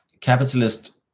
capitalist